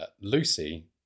lucy